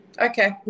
Okay